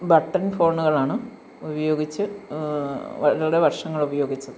button ഫോണുകളാണ് ഉപയോഗിച്ച് വളരെ വർഷങ്ങളുപയോഗിച്ചത്